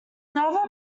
naval